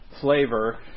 flavor